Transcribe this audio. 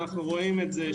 ואנחנו רואים את זה,